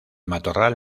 matorral